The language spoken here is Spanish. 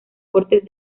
cortes